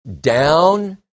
down